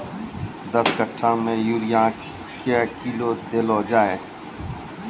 दस कट्ठा मे यूरिया क्या किलो देलो जाय?